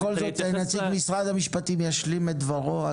משרד המשפטים ישלים את דברו.